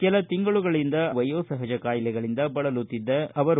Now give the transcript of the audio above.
ಕೆಲ ತಿಂಗಳುಗಳಿಂದ ಅವರು ವಯೋಸಹಜ ಕಾಯಿಲೆಗಳಿಂದ ಬಳಲುತ್ತಿದ್ದರು